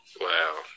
Wow